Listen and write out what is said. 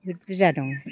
बहुत बुरजा दं